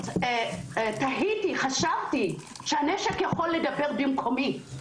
"חשבתי שהנשק יכול לדבר במקומי".